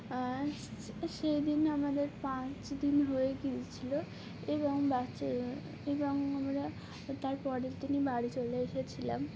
সেই দিন আমাদের পাঁচ দিন হয়ে গিয়েছিলো এবং বাঁচ এবং আমরা তারপের তিনি বাড়ি চলে এসেছিলাম